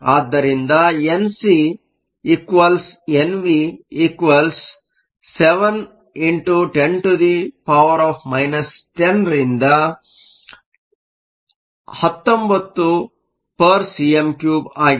ಆದ್ದರಿಂದ N C NV 7 x 10 10 ರಿಂದ 19 cm 3 ಆಗಿದೆ